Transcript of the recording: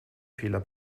fehler